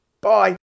Bye